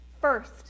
First